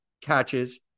catches